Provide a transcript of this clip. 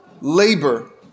labor